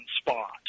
spot